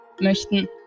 möchten